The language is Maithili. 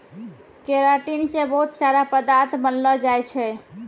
केराटिन से बहुत सारा पदार्थ बनलो जाय छै